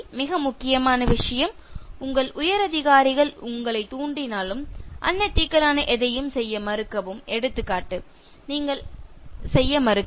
மிக முக்கியமான விஷயம் உங்கள் உயர் அதிகாரிகள் உங்களை தூண்டினாலும் அன்எதிக்கல் ஆன எதையும் செய்ய மறுக்கவும்